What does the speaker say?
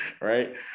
right